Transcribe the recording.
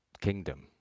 kingdom